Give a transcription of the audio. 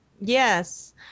Yes